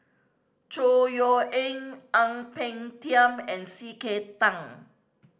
Chor Yeok Eng Ang Peng Tiam and C K Tang